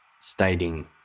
stating